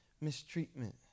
mistreatment